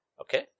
okay